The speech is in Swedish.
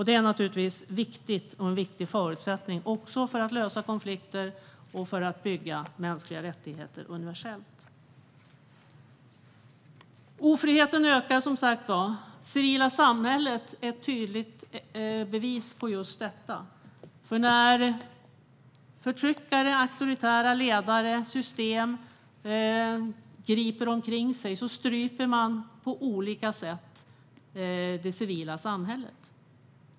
Det är naturligtvis en viktig förutsättning för att lösa konflikter och bygga mänskliga rättigheter universellt. Ofriheten ökar. Det civila samhället är ett tydligt bevis på just detta. När förtryckare, auktoritära ledare och system griper omkring sig stryper man på olika sätt det civila samhället.